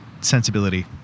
Sensibility